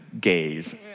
gays